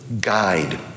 guide